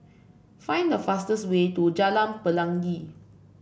find the fastest way to Jalan Pelangi